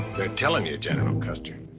they're telling you, general custer.